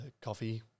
coffee